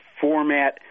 format